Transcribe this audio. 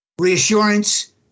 reassurance